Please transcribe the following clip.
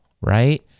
right